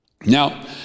Now